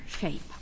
shape